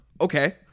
okay